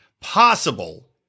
possible